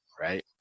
right